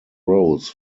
rose